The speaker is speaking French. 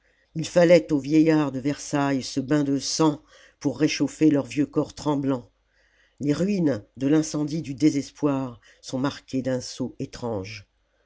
il fallait aux vieillards de versailles ce bain de sang pour réchauffer leurs vieux corps tremblants les ruines de l'incendie du désespoir sont marquées d'un sceau étrange